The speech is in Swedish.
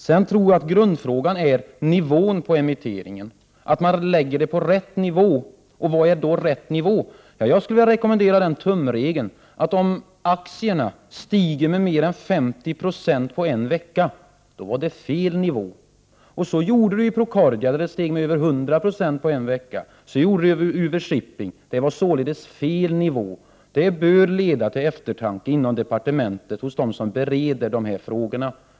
Jag tror att grundfrågan rör nivån på emitteringen. Den skall läggas på rätt nivå, och vad är då rätt nivå? Jag skulle vilja rekommendera att man följer tumregeln, att om aktierna stiger med mer än 50 96 på en vecka var nivån fel. Så gjorde de i Procordia, där aktierna steg med över 100 96 på en vecka. Så gjorde de i UV-Shipping. Det var således fel nivå. Detta bör leda till eftertanke inom departementet, hos dem som bereder dessa frågor.